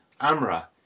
Amra